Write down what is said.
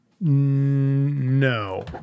No